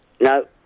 No